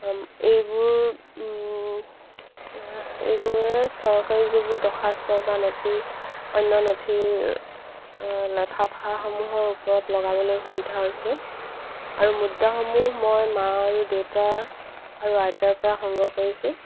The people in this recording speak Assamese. এইবোৰ এইবোৰে চৰকাৰী যিবোৰ দৰ্খাস্ত বা নথি অন্য নথিৰ লেফাফাসমূহৰ ওপৰত লগাবলৈ সুবিধা হৈছে আৰু মুদ্ৰাসমূহ মই মা আৰু দেউতা আৰু আইতাৰ পৰা সংগ্ৰহ কৰিছোঁ